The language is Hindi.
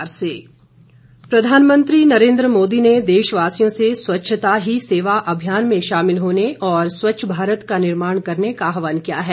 प्रधानमंत्री प्रधानमंत्री नरेन्द्र मोदी ने देशवासियों से स्वच्छता ही सेवा अभियान में शामिल होने और स्वच्छ भारत का निर्माण करने का आहवान किया है